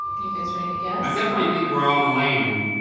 you guys ready to guess? i definitely think we're on land.